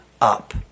up